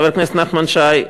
חבר הכנסת נחמן שי,